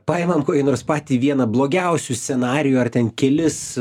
paimant kokį nors patį vieną blogiausių scenarijų ar ten kelis